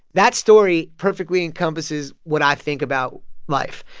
that story perfectly encompasses what i think about life,